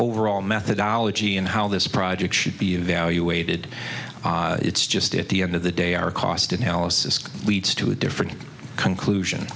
overall methodology and how this project should be evaluated it's just at the end of the day our cost analysis leads to a different conclusion